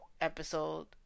episode